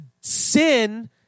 sin